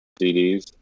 CDs